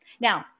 Now